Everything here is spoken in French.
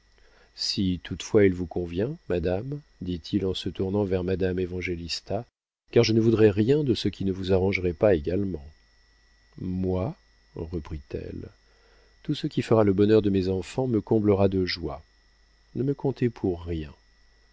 si toutefois elle vous convient madame dit-il en se tournant vers madame évangélista car je ne voudrais rien de ce qui ne vous arrangerait pas également moi reprit-elle tout ce qui fera le bonheur de mes enfants me comblera de joie ne me comptez pour rien